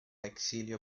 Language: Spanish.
exilio